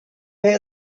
hear